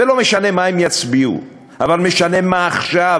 ולא משנה מה הם יצביעו, אבל משנה מה עכשיו,